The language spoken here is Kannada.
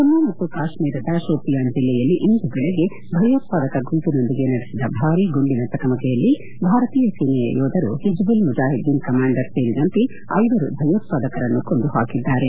ಜಮ್ನು ಮತ್ತು ಕಾಶ್ಮೀರದ ಶೋಪಿಯಾನ್ ಜಿಲ್ಲೆಯಲ್ಲಿ ಇಂದು ಬೆಳಗ್ಗೆ ಭಯೋತ್ಪಾದಕ ಗುಂಪಿನೊಂದಿಗೆ ನಡೆಸಿದ ಭಾರೀ ಗುಂಡಿನ ಚಕಮಕಿಯಲ್ಲಿ ಭಾರತೀಯ ಸೇನೆಯ ಯೋಧರು ಹಿಜ್ಬುಲ್ ಮುಜ್ಜಾಹಿದ್ದೀನ್ ಕಮಾಂಡರ್ ಸೇರಿದಂತೆ ಐವರು ಭಯೋತ್ಪಾದಕರನ್ನು ಕೊಂದು ಹಾಕಿದ್ದಾರೆ